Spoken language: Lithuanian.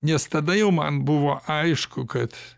nes tada jau man buvo aišku kad